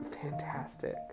fantastic